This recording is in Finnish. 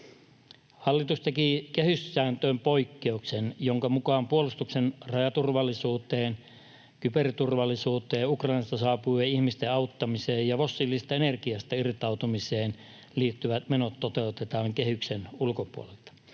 Hallitus teki kehyssääntöön poikkeuksen, jonka mukaan puolustukseen, turvallisuuteen, kyberturvallisuuteen ja Ukrainasta saapuvien ihmisten auttamiseen ja fossiilisesta energiasta irtautumiseen liittyvät menot toteutetaan kehyksen ulkopuolelta.